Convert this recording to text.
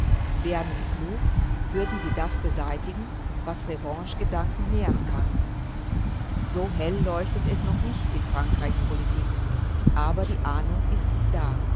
wären sie klug würden sie das beseitigen was revanchegedanken nähren kann so hell leuchtet es noch nicht in frankreichs politik aber die ahnung ist da